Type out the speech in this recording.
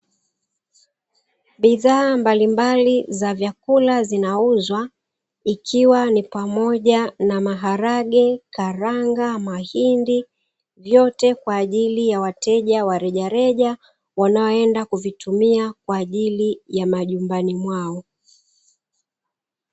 Bidhaa mbalimbali za vyakula zinauzwa ikiwa ni pamoja na maharage, karanga, mahindi, vyote kwa ajili ya wateja wa rejareja wanaoenda kuvitumia kwa ajili ya majumbani mwao.